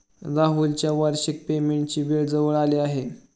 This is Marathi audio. राहुलच्या वार्षिक पेमेंटची वेळ जवळ आली आहे